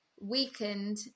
weakened